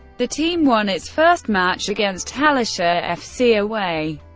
the team won its first match, against hallescher fc away,